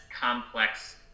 complex